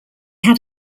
had